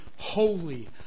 holy